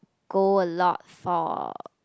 go a lot for